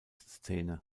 szene